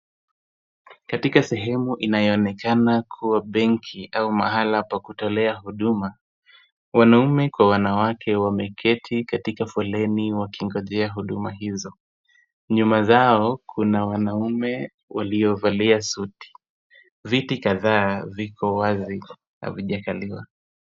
Katika sehemu inayoonekana kuwa benki au mahali pa kutolea huduma, wanaume kwa wanawake wameketi katika foleni wakingojea huduma hizo. Nyuma yao kuna wanaume waliovalia suti. Viti kadhaa viko wazi havijakaliwa.